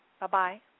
Bye-bye